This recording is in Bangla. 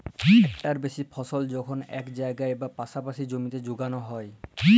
ইকটার বেশি ফসল যখল ইক জায়গায় বা পাসাপাসি জমিতে যগাল হ্যয়